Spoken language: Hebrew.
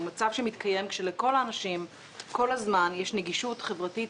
הוא מצב שמתקיים כאשר "לכל האנשים כל הזמן יש נגישות חברתית,